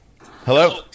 Hello